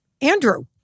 Andrew